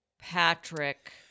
Patrick